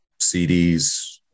CDs